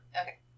Okay